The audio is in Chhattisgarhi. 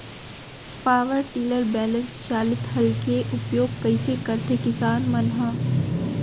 पावर टिलर बैलेंस चालित हल के उपयोग कइसे करथें किसान मन ह?